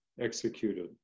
executed